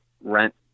rent